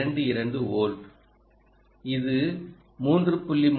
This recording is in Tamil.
22 வோல்ட் இது 3